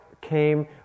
came